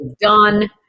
done